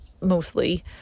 mostly